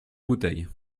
bouteilles